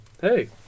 Hey